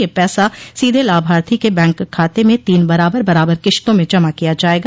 ये पैसा सीधे लाभार्थी के बैंक खाते में तीन बराबर बराबर किश्तों में जमा किया जाएगा